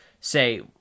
say